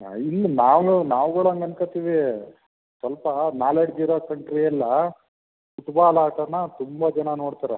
ಇಲ್ಲಿ ನಾನು ನಾವುಗಳು ಹಾಗ್ ಅನ್ಕೋತೀವಿ ಸ್ವಲ್ಪ ನಾಲೆಡ್ಜ್ ಇರೋ ಕಂಟ್ರಿ ಎಲ್ಲ ಪುಟ್ಬಾಲ್ ಆಟನಾ ತುಂಬ ಜನ ನೋಡ್ತಾರೆ